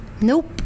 Nope